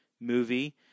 movie